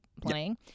playing